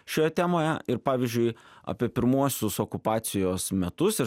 šioje temoje ir pavyzdžiui apie pirmuosius okupacijos metus ir